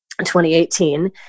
2018